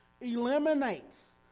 eliminates